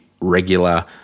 regular